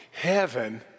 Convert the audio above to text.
Heaven